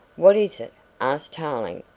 what is it? asked tarling.